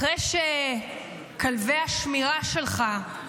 אחרי שכלבי השמירה שלך,